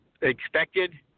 expected